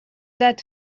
that